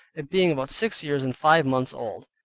it being about six years, and five months old.